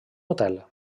hotel